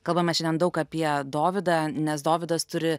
kalbame šiandien daug apie dovydą nes dovydas turi